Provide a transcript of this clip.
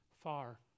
far